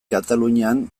katalunian